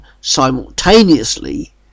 simultaneously